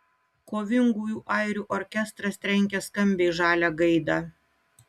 kovingųjų airių orkestras trenkia skambiai žalią gaidą